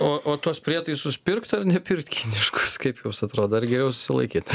o o tuos prietaisus pirkt ar nepirkt kiniškus kaip jums atrodo ar geriau susilaikyt